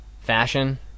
fashion